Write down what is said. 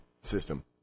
system